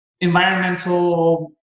environmental